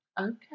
Okay